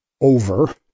over